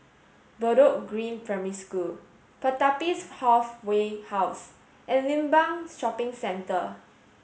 Bedok Green Primary School Pertapis Halfway House and Limbang Shopping Centre